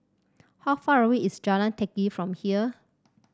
how far away is Jalan Teck Kee from here